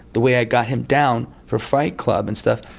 the way i got him down for fight club and stuff,